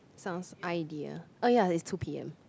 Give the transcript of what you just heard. sounds idea oh ya that's two p_m